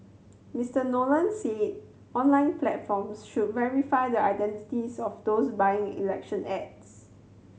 Mister Nolan said online platforms should verify the identities of those buying election ads